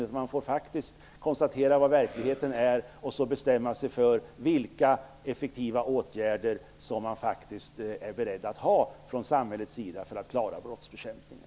Man får faktiskt konstatera hur verkligheten ser ut och bestämma sig för vilka effektiva åtgärder man är beredd att från samhällets sida vidta för att klara brottsbekämpningen.